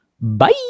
bye